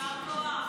יישר כוח.